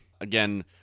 Again